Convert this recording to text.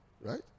Right